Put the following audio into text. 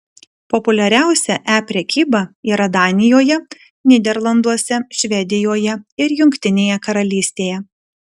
populiariausia e prekyba yra danijoje nyderlanduose švedijoje ir jungtinėje karalystėje